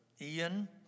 Ian